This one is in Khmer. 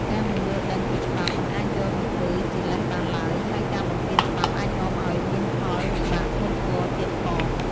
ការមិនយល់ដឹងពីច្បាប់មិនអាចយកមកធ្វើជាលេសបានឡើយ ហើយការបំពានច្បាប់អាចនាំឱ្យមានផលវិបាកធ្ងន់ធ្ងរទៀតផង។